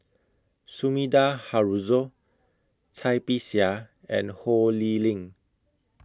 Sumida Haruzo Cai Bixia and Ho Lee Ling